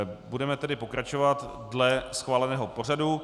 Budeme tedy pokračovat dle schváleného pořadu.